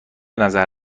نظر